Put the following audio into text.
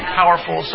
powerful